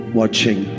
watching